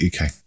Uk